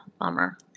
bummer